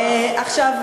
עכשיו,